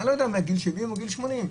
אני לא יודע אם מעל גיל 70 או מעל גיל 80,